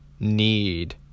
Need